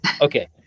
Okay